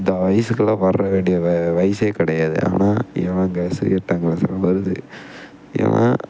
இந்த வயசுக்கெலாம் வரவேண்டிய வ வயதே கிடையாது ஆனா ஏழாங் கிளாஸ் எட்டாங் கிளாஸுன்னு வருது ஏன்னால்